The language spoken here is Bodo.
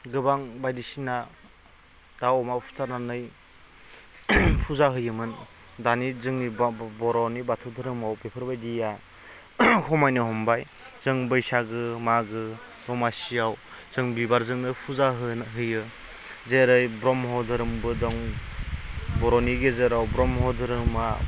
गोबां बायदिसिना दाउ अमा बुथारनानै फुजा होयोमोन दानि जोंनि बर'नि बाथौ धोरोमाव बेफोरबायदिया खमायनो हमबाय जों बैसागो मागो दमासियाव जों बिबारजोंनो फुजा होयो जेरै ब्रह्म धोरोमबो दं बर'नि गेजेराव ब्रह्म धोरोमा